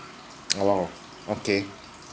oh okay